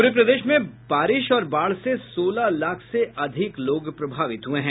पूरे प्रदेश में बारिश और बाढ़ से सोलह लाख से अधिक लोग प्रभावित हुए हैं